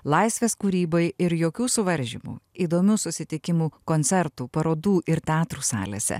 laisvės kūrybai ir jokių suvaržymų įdomių susitikimų koncertų parodų ir teatrų salėse